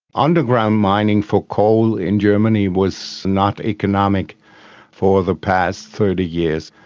underground mining for coal in germany was not economic for the past thirty years.